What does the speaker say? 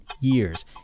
years